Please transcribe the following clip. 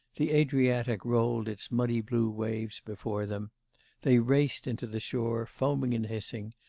the adriatic rolled its muddy-blue waves before them they raced into the shore, foaming and hissing,